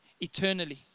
eternally